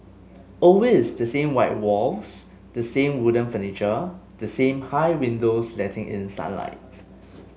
always the same white walls the same wooden furniture the same high windows letting in sunlight